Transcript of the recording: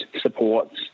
supports